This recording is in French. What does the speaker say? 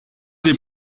des